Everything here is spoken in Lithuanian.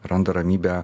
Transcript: randa ramybę